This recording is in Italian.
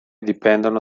dipendono